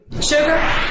Sugar